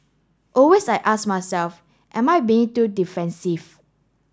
always I ask myself am I being too defensive